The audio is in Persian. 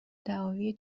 دعاوی